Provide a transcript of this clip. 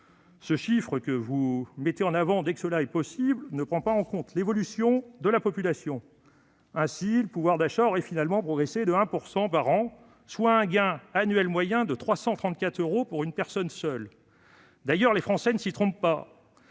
ce chiffre, que vous mettez en avant à la moindre occasion, ne prend pas en compte l'évolution démographique. Ainsi, le pouvoir d'achat aurait en fait progressé de 1 % par an, soit un gain annuel moyen de 334 euros pour une personne seule. D'ailleurs, les Français ne s'y trompent pas